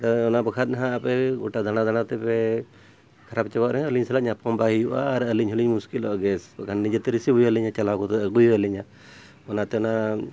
ᱚᱱᱟ ᱵᱟᱠᱷᱟᱡ ᱦᱟᱸᱜ ᱟᱯᱮ ᱜᱚᱴᱟ ᱫᱟᱬᱟ ᱫᱟᱬᱟ ᱛᱮᱯᱮ ᱠᱷᱟᱨᱟᱯ ᱪᱟᱵᱟᱜ ᱨᱮᱦᱚᱸ ᱟᱹᱞᱤᱧ ᱥᱟᱞᱟᱜ ᱧᱟᱯᱟᱢ ᱵᱟᱭ ᱦᱩᱭᱩᱜᱼᱟ ᱟᱨ ᱟᱹᱞᱤᱧ ᱦᱚᱸᱞᱤᱧ ᱢᱩᱥᱠᱤᱞᱚᱜᱼᱟ ᱜᱮᱥ ᱱᱤᱡᱮᱛᱮ ᱨᱤᱥᱤ ᱟᱹᱜᱩᱭᱤᱧᱟ ᱪᱟᱞᱟᱣ ᱠᱟᱛᱮ ᱟᱹᱜᱩᱭᱟᱹ ᱚᱱᱟᱛᱮᱱᱟᱜ